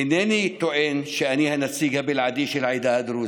אינני טוען שאני הנציג הבלעדי של העדה הדרוזית,